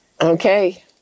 Okay